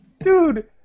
Dude